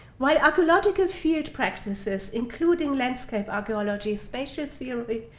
while archaeological feared practices including landscape archaeology spatial theory,